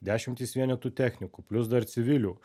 dešimtys vienetų technikų plius dar civilių